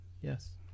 Yes